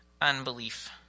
unbelief